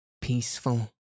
peaceful